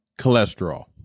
cholesterol